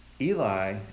Eli